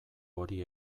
hori